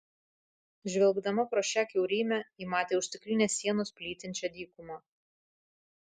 žvelgdama pro šią kiaurymę ji matė už stiklinės sienos plytinčią dykumą